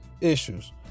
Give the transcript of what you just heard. issues